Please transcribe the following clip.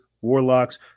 warlocks